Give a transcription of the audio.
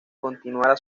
continuaría